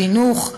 חינוך,